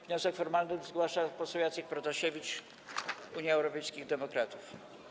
Wniosek formalny zgłasza poseł Jacek Protasiewicz, Unia Europejskich Demokratów.